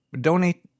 Donate